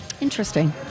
Interesting